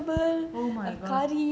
oh my god